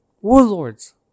warlords